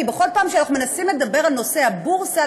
כי בכל פעם שאנחנו מנסים לדבר על נושא הבורסה,